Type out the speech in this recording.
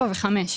4 ו-5.